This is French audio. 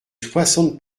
soixante